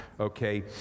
Okay